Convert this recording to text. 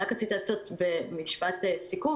לסיכום,